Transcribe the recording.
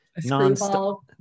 nonstop